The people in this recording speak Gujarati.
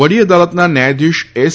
વડી અદાલતના ન્યાયાધીશ એસ